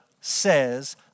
says